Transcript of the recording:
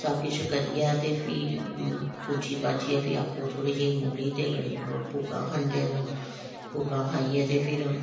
सब किश करियै ते फिह पूजी पाजिऐ फिह् आपूं थोह्ड़ी जेही मूली ते गन्ना भुग्गा खंदे ना भुग्गा खाइयै ते फिर